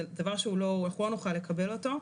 זה דבר שלא נוכל לקבל אותו,